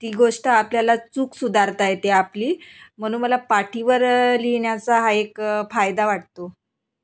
ती गोष्ट आपल्याला चूक सुधारता येते आपली म्हणून मला पाटीवर लिहिण्याचा हा एक फायदा वाटतो